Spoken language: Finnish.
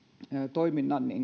toiminnan